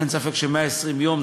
אין ספק ש-120 יום,